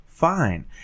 fine